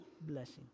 blessing